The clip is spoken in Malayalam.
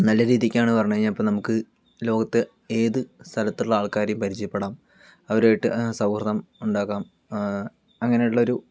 നല്ല രീതിക്കാണ് എന്ന് പറഞ്ഞു കഴിഞ്ഞാൽ ഇപ്പോൾ നമുക്ക് ലോകത്ത് ഏത് സ്ഥലത്തുള്ള ആൾക്കാരെയും പരിചയപ്പെടാം അവരുമായിട്ട് സൗഹൃദം ഉണ്ടാക്കാം അങ്ങനെയുള്ളൊരു